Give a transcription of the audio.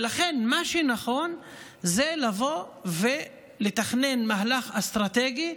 ולכן מה שנכון זה לבוא ולתכנן מהלך אסטרטגי,